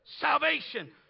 salvation